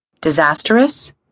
Disastrous